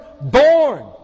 born